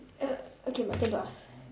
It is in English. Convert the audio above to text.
uh okay my turn to ask